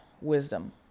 wisdom